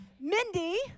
Mindy